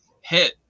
hit